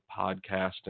podcasting